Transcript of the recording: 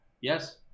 yes